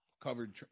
covered